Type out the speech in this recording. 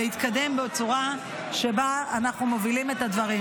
להתקדם בצורה שבה אנחנו מובילים את הדברים.